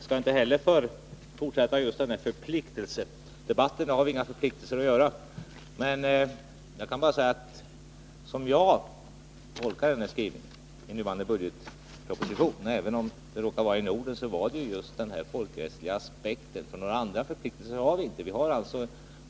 Fru talman! Jag skall inte heller fortsätta förpliktelsedebatten. Men såsom jag tolkar skrivningen i nuvarande budgetproposition avses just den folkrättsliga aspekten — även om Norden nämns. Några andra förpliktelser har vi inte.